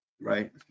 Right